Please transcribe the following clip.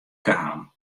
kaam